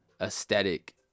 aesthetic